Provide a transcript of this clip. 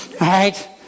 right